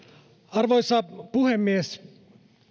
arvoisa puhemies